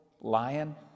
Lion